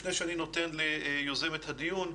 לפני שאני נותן ליוזמת הדיון,